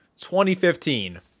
2015